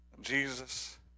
Jesus